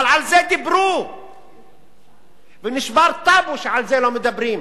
אבל על זה דיברו ונשבר טבו שעל זה לא מדברים.